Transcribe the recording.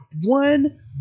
One